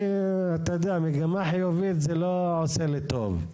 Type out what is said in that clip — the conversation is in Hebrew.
אתה יודע, מגמה חיובית זה לא עושה לי טוב.